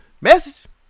Message